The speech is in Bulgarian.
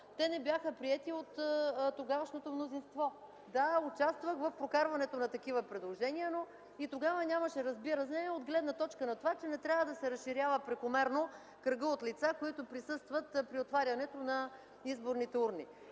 те не бяха приети от тогавашното мнозинство. Да, участвах в прокарването на такива предложения, но и тогава нямаше разбиране от гледна точка на това, че не трябва да се разширява прекомерно кръга от лица, които присъстват при отварянето на изборните урни.